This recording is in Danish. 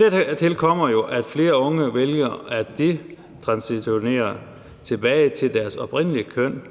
Dertil kommer jo, at flere unge vælger at detransitere tilbage til deres oprindelige køn,